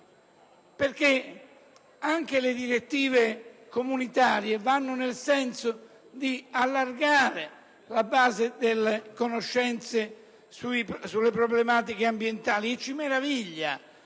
tratta. Anche le direttive comunitarie vanno nel senso di allargare la base delle conoscenze sulle problematiche ambientali; ci meraviglia